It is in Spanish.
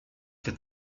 que